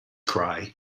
cry